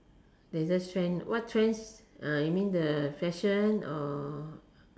there's those trend what trends uh you mean the fashion or